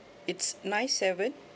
it's nine seven